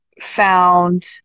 found